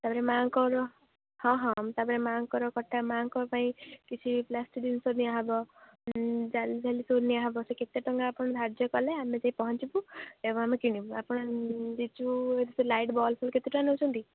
ତା'ପରେ ମା'ଙ୍କର ହଁ ହଁ ତା'ପରେ ମା'ଙ୍କର କଟା ମା'ଙ୍କ ପାଇଁ କିଛି ପ୍ଲାଷ୍ଟିକ୍ ଜିନିଷ ନିଆ ହେବ ଜାଲି ଜାଲି ସବୁ ନିଆ ହେବ ସେ କେତେ ଟଙ୍କା ଆପଣ ଧାର୍ଯ୍ୟ କଲେ ଆମେ ଯାଇ ପହଞ୍ଚିବୁ ଏବଂ ଆମେ କିଣିବୁ ଆପଣ ଲିଚୁ ଲାଇଟ୍ ବଲ୍ ସବୁ କେତେ ଟଙ୍କା ନେଉଛନ୍ତି